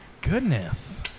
Goodness